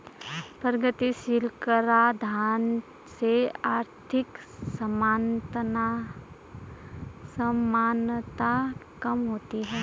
प्रगतिशील कराधान से आर्थिक असमानता कम होती है